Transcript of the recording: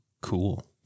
Cool